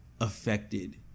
affected